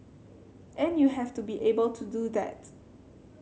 and you have to be able to do that